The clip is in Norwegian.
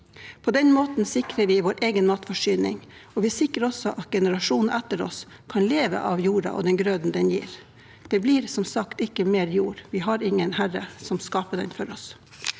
På den måten sikrer vi vår egen matforsyning, og vi sikrer også at generasjoner etter oss kan leve av jorda og grøden den gir. Det blir som sagt ikke mer jord – vi har ingen herre som skaper den for oss.